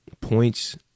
Points